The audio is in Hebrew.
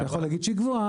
אתה יכול להגיד שהיא גבוהה,